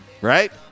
right